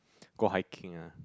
go hiking ah